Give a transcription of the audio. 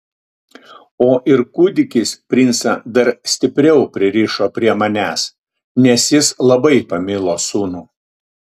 o ir kūdikis princą dar stipriau pririšo prie manęs nes jis labai pamilo sūnų